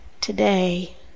today